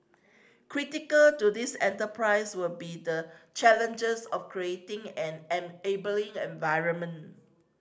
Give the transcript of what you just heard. critical to this enterprise will be the challenges of creating an enabling environment